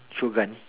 Shogun